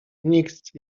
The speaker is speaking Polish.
nikt